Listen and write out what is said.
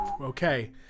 Okay